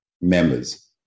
members